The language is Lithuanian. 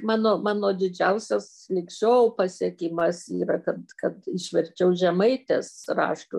mano mano didžiausias lig šiol pasiekimas yra kad kad išverčiau žemaitės raštų